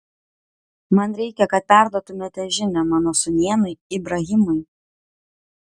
man reikia kad perduotumėte žinią mano sūnėnui ibrahimui